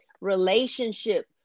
relationship